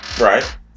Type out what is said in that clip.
Right